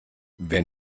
wer